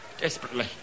Desperately